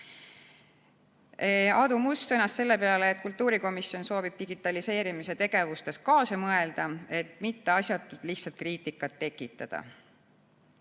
Aadu Must sõnas selle peale, et kultuurikomisjon soovib digitaliseerimise tegevustes kaasa mõelda, et mitte asjatult lihtsalt kriitikat tekitada.